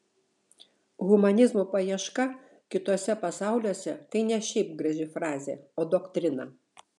humanizmo paieška kituose pasauliuose tai ne šiaip graži frazė o doktrina